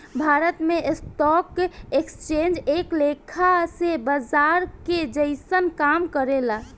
भारत में stock exchange एक लेखा से बाजार के जइसन काम करेला